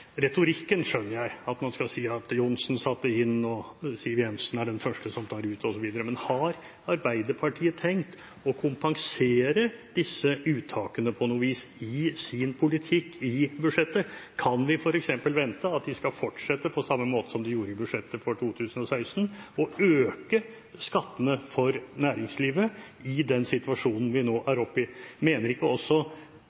man skal si at Johnsen satte inn og Siv Jensen er den første som tar ut, osv. Men har Arbeiderpartiet tenkt å kompensere disse uttakene på noe vis i sin politikk i budsjettet? Kan vi f.eks. vente at de skal fortsette på samme måte som de gjorde i budsjettet for 2016, og øke skattene for næringslivet i den situasjonen vi nå er